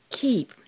keep